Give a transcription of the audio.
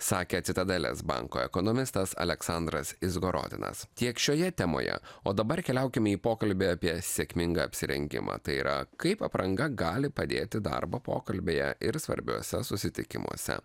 sakė citadelės banko ekonomistas aleksandras izgorodinas tiek šioje temoje o dabar keliaukime į pokalbį apie sėkmingą apsirengimą tai yra kaip apranga gali padėti darbo pokalbyje ir svarbiuose susitikimuose